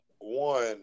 one